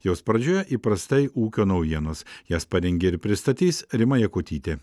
jos pradžioje įprastai ūkio naujienos jas parengė ir pristatys rima jakutytė